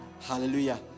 Hallelujah